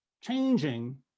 changing